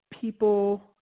people